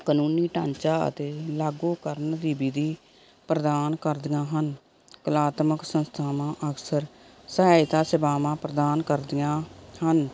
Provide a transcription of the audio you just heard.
ਕਾਨੂੰਨੀ ਢਾਂਚਾ ਅਤੇ ਲਾਗੂਕਰਨ ਦੀ ਵਿਧੀ ਪ੍ਰਦਾਨ ਕਰਦੀਆਂ ਹਨ ਕਲਾਤਮਕ ਸੰਸਥਾਵਾਂ ਅਕਸਰ ਸਹਾਇਤਾ ਸੇਵਾਵਾਂ ਪ੍ਰਦਾਨ ਕਰਦੀਆਂ ਹਨ